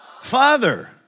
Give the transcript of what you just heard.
father